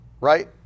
right